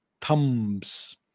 thumbs